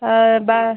பா